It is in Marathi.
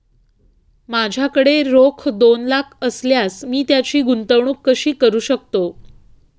माझ्याकडे रोख दोन लाख असल्यास मी त्याची गुंतवणूक कशी करू शकतो?